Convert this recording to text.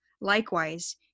Likewise